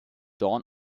dawn